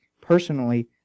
personally